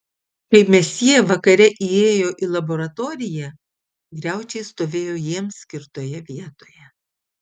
kai mesjė vakare įėjo į laboratoriją griaučiai stovėjo jiems skirtoje vietoje